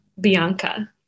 Bianca